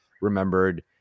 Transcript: remembered